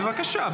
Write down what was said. בבקשה,